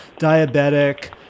diabetic